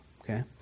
Okay